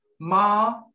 ma